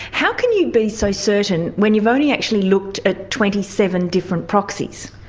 how can you be so certain when you've only actually looked at twenty seven different proxies?